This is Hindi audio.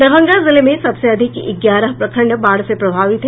दरभंगा जिले में सबसे अधिक ग्यारह प्रखंड बाढ़ से प्रभावित हैं